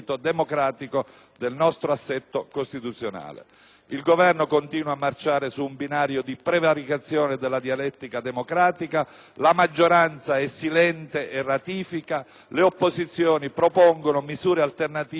Il Governo continua a marciare su un binario di prevaricazione della dialettica democratica, la maggioranza è silente e ratifica, le opposizioni propongono misure alternative e migliorative dei testi